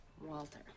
Walter